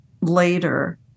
later